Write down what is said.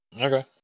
Okay